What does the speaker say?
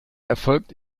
erfolgt